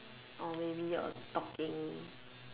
or maybe a talking